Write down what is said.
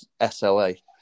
SLA